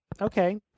okay